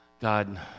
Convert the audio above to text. God